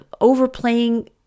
overplaying